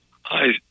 Hi